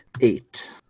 eight